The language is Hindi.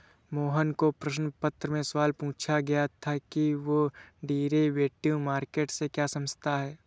मोहन को प्रश्न पत्र में सवाल पूछा गया था कि वह डेरिवेटिव मार्केट से क्या समझता है?